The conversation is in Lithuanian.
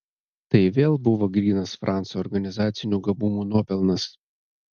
tai vėl buvo grynas franco organizacinių gabumų nuopelnas